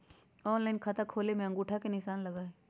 Online खाता खोले में अंगूठा के निशान लगहई?